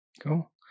Cool